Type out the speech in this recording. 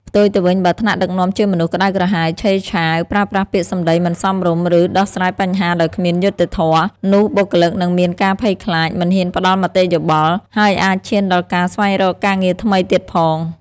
ផ្ទុយទៅវិញ បើថ្នាក់ដឹកនាំជាមនុស្សក្ដៅក្រហាយ ឆេវឆាវ ប្រើប្រាស់ពាក្យសម្ដីមិនសមរម្យ ឬដោះស្រាយបញ្ហាដោយគ្មានយុត្តិធម៌ នោះបុគ្គលិកនឹងមានការភ័យខ្លាច មិនហ៊ានផ្ដល់មតិយោបល់ ហើយអាចឈានដល់ការស្វែងរកការងារថ្មីទៀតផង។